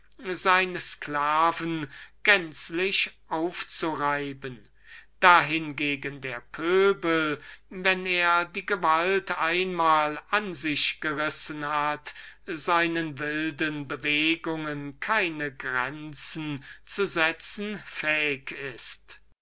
seine sklaven gänzlich aufzureiben da hingegen der pöbel wenn er die gewalt einmal an sich gerissen hat seinen wilden bewegungen keine grenzen zu setzen fähig ist